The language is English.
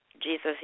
Jesus